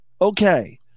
okay